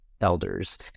elders